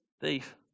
Thief